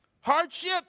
hardship